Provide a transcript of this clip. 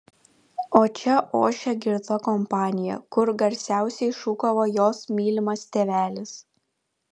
o čia ošė girta kompanija kur garsiausiai šūkavo jos mylimas tėvelis